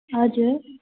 हजुर